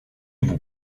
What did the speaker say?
vous